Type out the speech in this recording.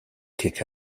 kick